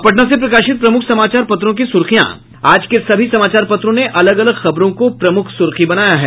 अब पटना से प्रकाशित प्रमुख समाचार पत्रों की सुर्खियां आज के सभी समाचार पत्रों ने अलग अलग खबरों को प्रमुख सुर्खी बनाया है